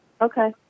Okay